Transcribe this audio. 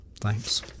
Thanks